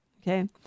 okay